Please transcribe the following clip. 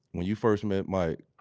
when you first met mike,